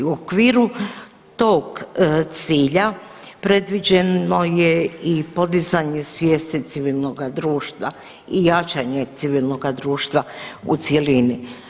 U okviru tog cilja predviđeno je i podizanje svijesti civilnoga društva i jačanje civilnoga društva u cjelini.